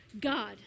God